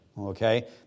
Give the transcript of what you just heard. Okay